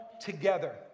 together